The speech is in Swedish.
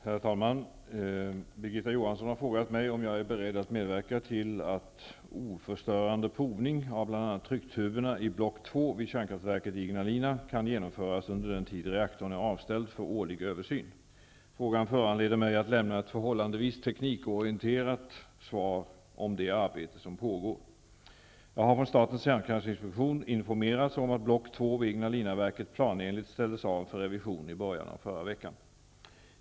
Herr talman! Birgitta Johansson har frågat mig om jag är beredd att medverka till att oförstörande provning av bl.a. trycktuberna i block 2 vid kärnkraftverket i Ignalina kan genomföras under den tid reaktorn är avställd för årlig översyn. Frågan föranleder mig att lämna ett förhållandevis teknikorienterat svar om det arbete som pågår. Jag har från statens kärnkraftinspektion informerats om att block 2 vid Ignalinaverket planenligt ställdes av för revision i början av förra veckan.